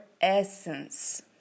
essence